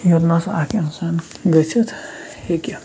یوٚتنَس اَکھ اِنسان گٔژھِتھ ہیٚکہِ